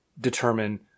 determine